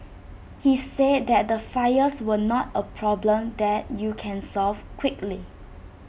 he said that the fires were not A problem that you can solve quickly